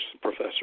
professor